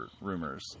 rumors